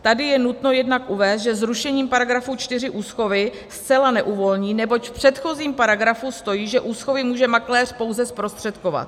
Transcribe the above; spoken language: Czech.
Tady je nutno jednak uvést, že zrušení § 4 úschovy zcela neuvolní, neboť v předchozím paragrafu stojí, že úschovy může makléř pouze zprostředkovat.